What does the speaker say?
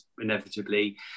inevitably